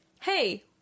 Hey